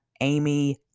amy